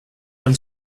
then